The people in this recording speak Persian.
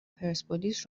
پرسپولیس